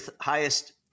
highest